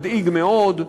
מדאיג מאוד.